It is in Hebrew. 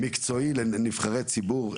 ויש --- מקצועי לנבחרי ציבור.